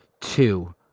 two